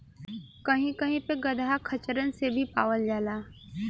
कही कही पे गदहा खच्चरन से भी पावल जाला